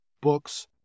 books